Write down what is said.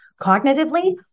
cognitively